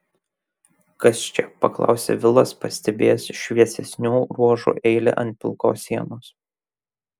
kas čia paklausė vilas pastebėjęs šviesesnių ruožų eilę ant pilkos sienos